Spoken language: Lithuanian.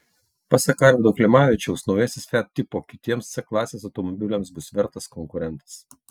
pasak arvydo klimavičiaus naujasis fiat tipo kitiems c klasės automobiliams bus vertas konkurentas